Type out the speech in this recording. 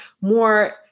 more